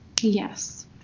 Yes